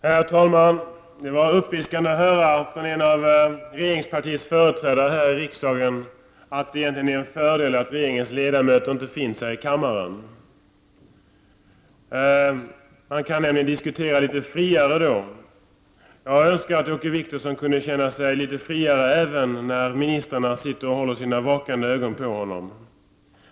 Herr talman! Det var uppfriskande att höra av en av regeringspartiets företrädare här i riksdagen att det egentligen är en fördel att regeringen inte är närvarande i kammaren — man kan nämligen diskutera litet friare då! Jag önskar att Åke Wictorsson kunde känna sig litet friare även när ministrarna sitter här och håller sina vakande ögon på honom.